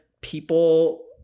people